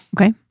Okay